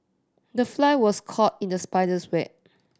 the fly was caught in the spider's web